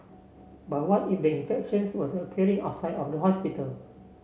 but what if the infections were occurring outside of the hospital